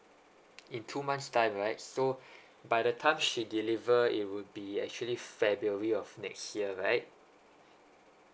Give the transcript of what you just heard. in two months time right so by the time she deliver it would be actually february of next year right